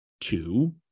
Two